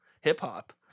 hip-hop